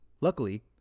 Luckily